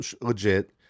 legit